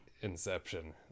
inception